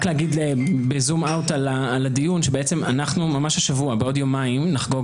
לומרבזום אאוט על הדיון בעוד יומיים נחגוג